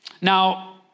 Now